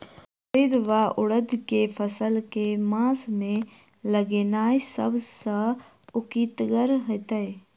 उड़ीद वा उड़द केँ फसल केँ मास मे लगेनाय सब सऽ उकीतगर हेतै?